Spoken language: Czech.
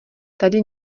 tady